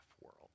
world